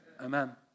Amen